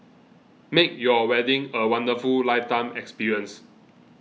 make your wedding a wonderful lifetime experience